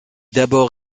d’abord